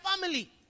family